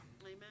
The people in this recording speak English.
Amen